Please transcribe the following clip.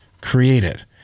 created